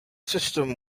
system